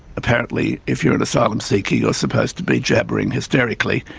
apparently if you're an asylum seeker you're supposed to be jabbering hysterically,